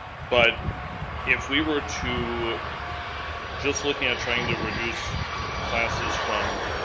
but if we were to just look at trying to reduce classes from,